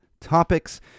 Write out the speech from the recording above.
topics